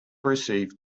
received